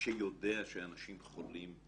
שיודע שאנשים חולים,